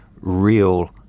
real